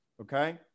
Okay